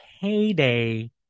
payday